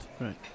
Right